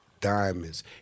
diamonds